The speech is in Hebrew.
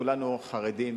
כולנו חרדים,